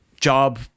job